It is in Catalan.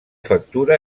factura